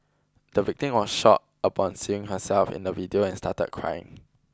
the victim was shocked upon seeing herself in the video and started crying